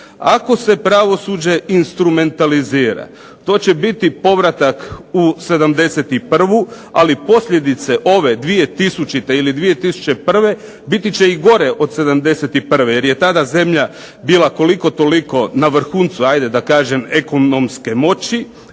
Ako se pravosuđe instrumentalizira to će biti povratak u sedamdeset i prvu ali posljedice ove 2000. ili 2001. biti će i gore od sedamdeset i prve jer je tada zemlja bila koliko toliko na vrhuncu hajde da kažem ekonomske moći,